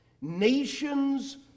Nations